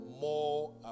more